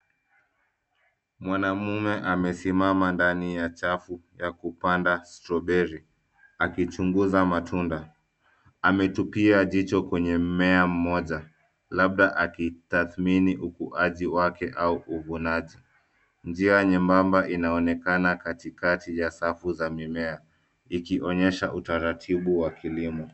Mwanaume amesimama ndani ya chafu ya kupanda stroberi, akichunguza matunda, ametupia jicho kwenye mmea moja labda akitathmini ukuaji wake au uvunaji. Njia nyembamba inaonekana katikati ya safu za mimea, ikionyesha utaratibu wa kilimo.